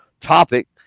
topic